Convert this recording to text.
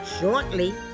Shortly